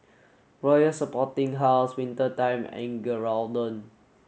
Royal Sporting House Winter Time and Geraldton